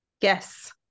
yes